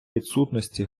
відсутності